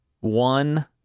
One